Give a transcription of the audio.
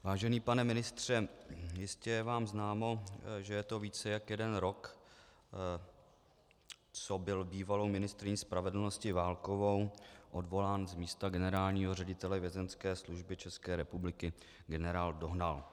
Vážený pane ministře, jistě je vám známo, že je to více než jeden rok, co byl bývalou ministryní spravedlnosti Válkovou odvolán z místa generálního ředitele Vězeňské služby České republiky generál Dohnal.